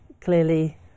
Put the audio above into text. clearly